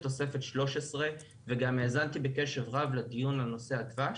תוספת 13 וגם האזנתי בקשב רב לדיון לנושא הדבש,